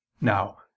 Now